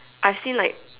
I feel like